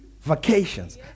vacations